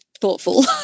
thoughtful